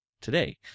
today